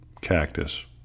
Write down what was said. cactus